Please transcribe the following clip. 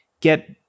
Get